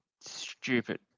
stupid